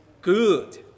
good